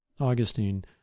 Augustine